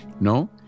No